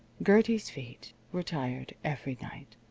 gertie's feet were tired every night.